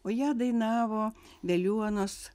o ją dainavo veliuonos